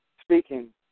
speaking